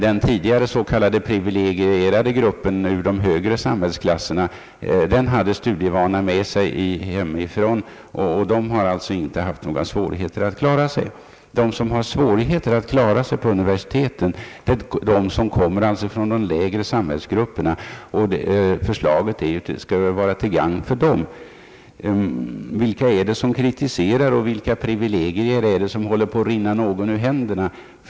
Den tidigare s.k. privilegierade grup pen ur de högre samhällsklasserna hade studievana med sig hemifrån. Den har alltså inte haft några svårigheter att klara sig. De som har svårigheter att klara sig vid universiteten är de som kommer från de studieovana samhällsgrupperna, och förslaget skall väl vara till gagn för dem. Vilka är det som kritiserar, och vilka privilegier är det som håller på att rinna någon ur händerna?